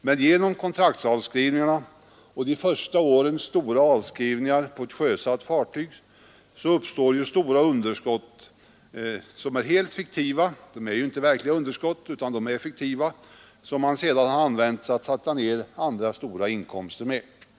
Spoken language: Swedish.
Men genom kontraktsavskrivningarna och de första årens stora avskrivningar på ett sjösatt fartyg uppstår stora underskott, som är helt fiktiva — de är ju inte verkliga underskott — som sedan använts till att sätta ned stora inkomster från annan verksamhet.